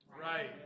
Right